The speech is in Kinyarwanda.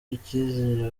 icyizere